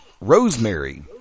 Rosemary